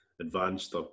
advanced